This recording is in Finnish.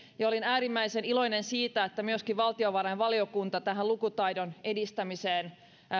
ja olin äärimmäisen iloinen siitä että myöskin valtiovarainvaliokunta tähän lukutaidon edistämiseen